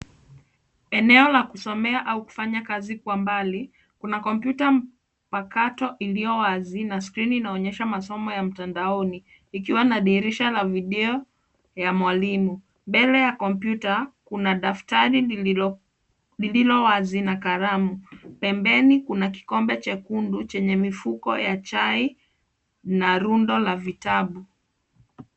Eneo la kusomea au kufanya kazi kwa mbali, kuna kompyuta mpkato iliyowazi na screen inaonyesha masomo ya mtandaoni, ikiwa na dirisha la video ya mwalimu. Mbele ya kompyuta, kuna daftari lililowazi na kalamu. Pembeni, kuna kikombe chekundu chenye mifuko ya chai na rundo la vitabu.